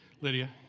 Lydia